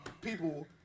people